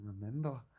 remember